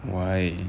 why